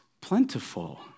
plentiful